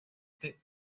paciente